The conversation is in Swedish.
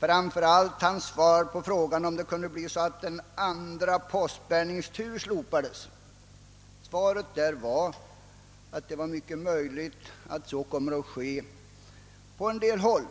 var framför allt hans svar på frågan, om den andra postutbärningsturen skulle slopas. Svaret blev att det var mycket möjligt att så skulle komma att ske på en del håll.